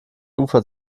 ufer